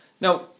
Now